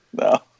No